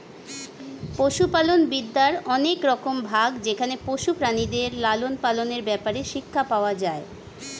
পশুপালন বিদ্যার অনেক রকম ভাগ যেখানে পশু প্রাণীদের লালন পালনের ব্যাপারে শিক্ষা পাওয়া যায়